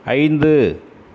ஐந்து